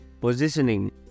positioning